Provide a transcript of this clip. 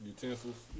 Utensils